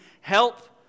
help